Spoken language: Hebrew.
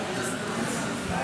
בבקשה.